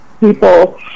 People